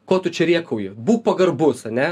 ko tu čia rėkauji būk pagarbus ane